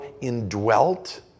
indwelt